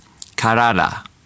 karada